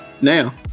now